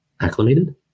Acclimated